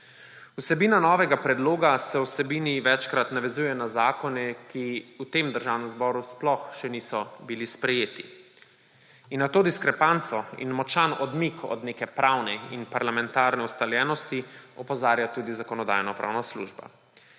Vsebina novega predloga se v vsebini večkrat navezuje na zakone, ki v tem državnem zboru sploh še niso bili sprejeti. Na to diskrepanco in močan odmik od neke pravne in parlamentarne ustaljenosti opozarja tudi Zakonodajno-pravna služba.